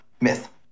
myth